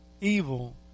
evil